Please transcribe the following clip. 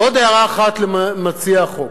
ועוד הערה אחת למציע החוק: